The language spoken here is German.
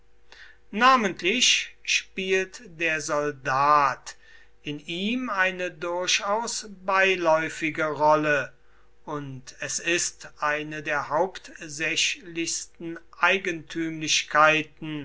namentlich spielt der soldat in ihm eine durchaus beiläufige rolle und es ist eine der hauptsächlichsten